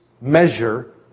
measure